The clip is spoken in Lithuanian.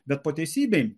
bet po teisybei